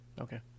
Okay